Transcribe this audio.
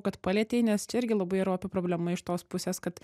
kad palietei nes čia irgi labai yra opi problema iš tos pusės kad